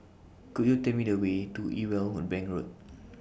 Could YOU Tell Me The Way to Irwell Bank Road